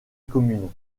commune